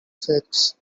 fix